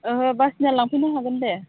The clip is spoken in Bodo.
ओहो बासिना लांफैनो हागोन दे